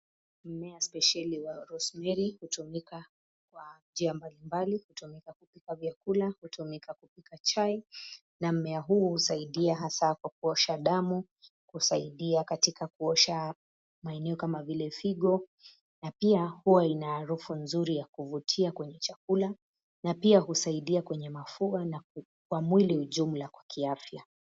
Mmea spesheli wa Rosemary hutumika kwa njia mbali mbali, hutumika kupika vyakula, hutumika kupika chai na mmea huu husaidia hasa kwa kuosha damu, husaidia katika kuosha maeneo kama vile figo na pia huwa ina harufu nzuri ya kuvutia kwenye chakula na pia husaidia kwenye mafua na kwa mwili ujumla kwa kiafya.